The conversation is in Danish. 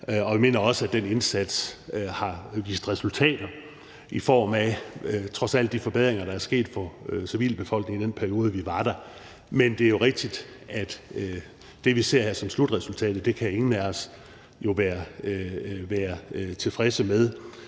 og vi mener også, at den indsats har vist resultater i form af de forbedringer, der trods alt er sket for civilbefolkningen i den periode, vi har været der. Men det er jo rigtigt, at det, vi ser her som slutresultatet, kan ingen af os være tilfredse med,